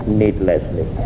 needlessly